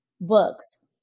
books